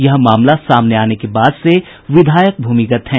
यह मामला सामने आने के बाद से विधायक भूमिगत है